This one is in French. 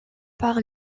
par